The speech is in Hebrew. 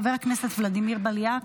חבר הכנסת ולדימיר בליאק,